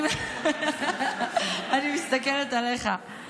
אני מסתכלת עליך.